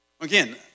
Again